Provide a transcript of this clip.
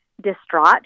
distraught